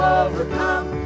overcome